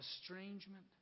estrangement